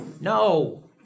No